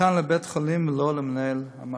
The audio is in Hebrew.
ניתן לבית-חולים ולא למנהל המחלקה.